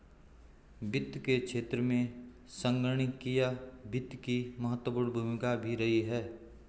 वित्त के क्षेत्र में संगणकीय वित्त की महत्वपूर्ण भूमिका भी रही है